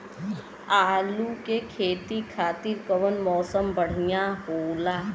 आलू के खेती खातिर कउन मौसम बढ़ियां होला?